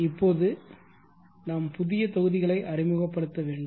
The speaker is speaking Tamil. இப்போது நாம் புதிய தொகுதிகளை அறிமுகப்படுத்த வேண்டும்